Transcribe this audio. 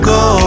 go